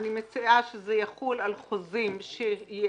אני מציעה שזה יחול על חוזים שייכרתו